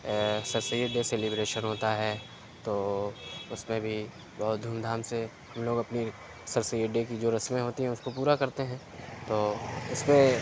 سر Syed day celebration ہوتا ہے تو اس میں بھی بہت دھوم دھام سے ہم لوگ اپنی سر سید ڈے سیلیبریشن کی جو رسمیں ہوتی ہیں اس کو پورا کرتے ہیں تو اس میں